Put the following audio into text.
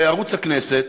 בערוץ הכנסת,